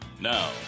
Now